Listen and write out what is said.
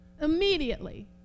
immediately